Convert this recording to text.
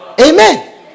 Amen